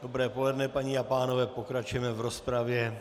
Dobré poledne, paní a pánové, pokračujeme v rozpravě.